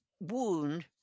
wound